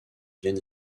bien